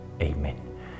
Amen